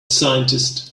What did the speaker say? scientist